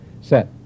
set